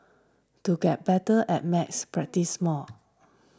to get better at maths practise more